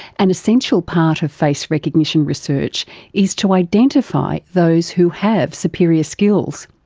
an essential part of face recognition research is to identify those who have superior skills.